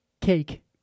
Cake